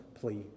plea